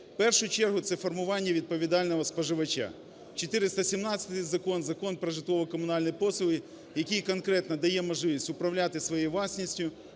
В першу чергу це формування відповідального споживача: 417-й Закон, Закон про житлово-комунальні послуги, який конкретно дає можливість управляти своєю власністю,